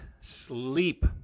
sleep